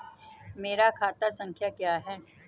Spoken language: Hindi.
मेरा खाता संख्या क्या है?